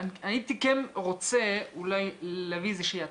הייתי כן רוצה אולי להביא איזה שהיא הצעה.